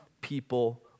people